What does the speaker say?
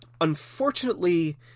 Unfortunately